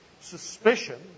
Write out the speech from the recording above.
Suspicion